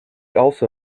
also